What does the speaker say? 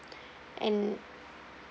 and